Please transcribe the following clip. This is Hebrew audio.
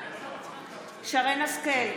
בעד שרן מרים השכל,